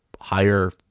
higher